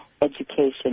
education